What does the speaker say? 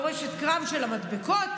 מורשת קרב של מדבקות,